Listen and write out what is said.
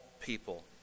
people